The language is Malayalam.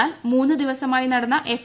എന്നാൽ മൂന്നു ദിവസമായി നടന്ന എഫ്